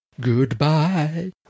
Goodbye